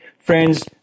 Friends